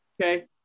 Okay